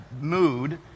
mood